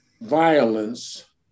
violence